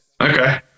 Okay